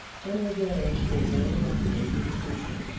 then the girls were very angry with beauty,